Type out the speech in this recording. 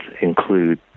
include